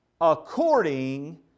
according